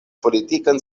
politikan